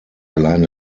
allein